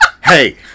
Hey